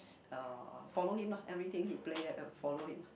uh follow him lah everything he play follow him